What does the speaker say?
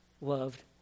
loved